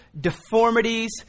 deformities